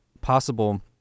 possible